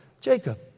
Jacob